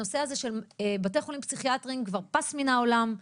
הנושא הזה של בתי חולים פסיכיאטרים כבר פס מן העולם,